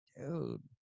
dude